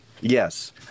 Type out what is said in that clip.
Yes